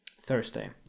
Thursday